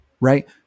right